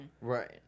Right